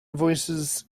voices